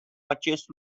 acest